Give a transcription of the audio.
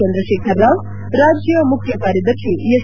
ಚಂದ್ರಶೇಖರ್ ರಾವ್ ರಾಜ್ಯ ಮುಖ್ಯ ಕಾರ್ಯದರ್ಶಿ ಎಸ್